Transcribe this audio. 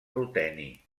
ruteni